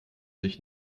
sich